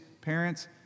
parents